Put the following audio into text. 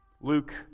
Luke